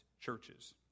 churches